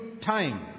time